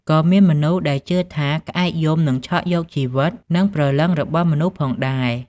ក៏មានមនុស្សដែលជឿថា ក្អែកយំនឹងឆក់យកជីវិត និងព្រលឹងរបស់មនុស្សផងដែរ៕